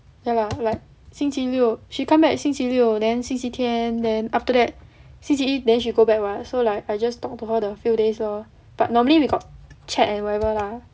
ya lah like 星期六 she come back 星期六 then 星期天 and then after that 星期一 then she go back [what] so like I just talk to her the few days lor but normally we got chat and whatever lah